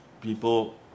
people